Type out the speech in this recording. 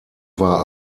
war